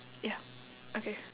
ya okay